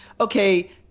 Okay